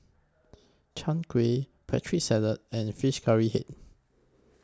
Chai Kueh Putri Salad and Fish Curry Head